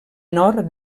nord